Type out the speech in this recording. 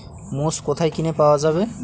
মোষ কোথায় কিনে পাওয়া যাবে?